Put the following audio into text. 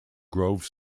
grove